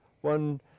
one